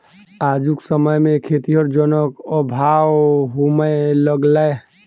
आजुक समय मे खेतीहर जनक अभाव होमय लगलै